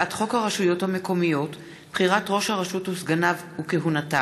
הצעת חוק הרשויות המקומיות (בחירת ראש הרשות וסגניו וכהונתם)